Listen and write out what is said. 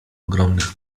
ogromnych